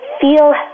feel